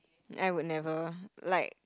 I would never like